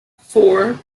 four